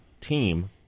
team